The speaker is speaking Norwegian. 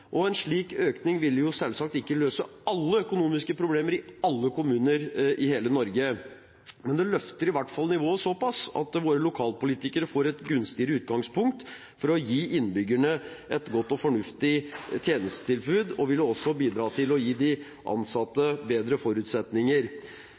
2019. En slik økning vil selvsagt ikke løse alle økonomiske problemer i alle kommuner i hele Norge, men det løfter i hvert fall nivået så pass at lokalpolitikerne får et gunstigere utgangspunkt for å gi innbyggerne et godt og fornuftig tjenestetilbud, og det vil også bidra til å gi de ansatte